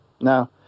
Now